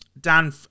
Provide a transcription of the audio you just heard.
Dan